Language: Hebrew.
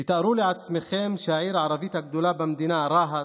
תתארו לעצמכם שבעיר הערבית הגדולה במדינה, רהט,